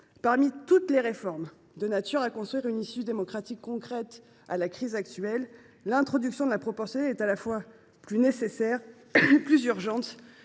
parmi toutes les réformes de nature à construire une issue démocratique concrète à la crise actuelle, l’introduction de la proportionnelle est à la fois plus nécessaire et plus urgente